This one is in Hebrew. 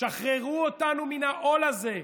שחררו אותנו מהעול הזה.